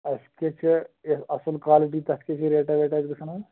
اَسہِ کَتہِ چھےٚ یَس اَصٕل کالِٹی تَتھ کیٛاہ چھ ریٹا ویٹا اَسہِ گژھان حظ